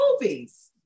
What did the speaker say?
movies